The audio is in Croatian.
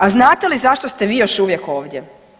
A znate li zašto ste vi još uvijek ovdje?